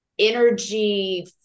energy